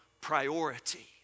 priority